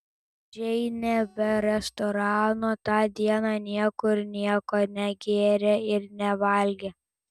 juk džeinė be restorano tą dieną niekur nieko negėrė ir nevalgė